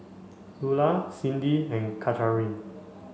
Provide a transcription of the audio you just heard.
Ula Cyndi and Katharyn